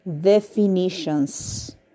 definitions